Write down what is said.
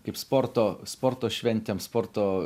kaip sporto sporto šventėm sporto